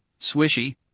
swishy